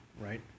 right